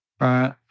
Right